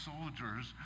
soldiers